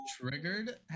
triggered